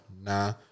Nah